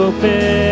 Open